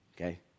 okay